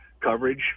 coverage